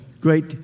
great